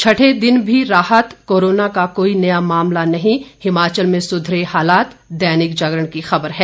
छठे दिन भी राहत कोरोना का कोई नया मामला नहीं हिमाचल में सुधरे हालात दैनिक जागरण की खबर है